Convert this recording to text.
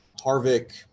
Harvick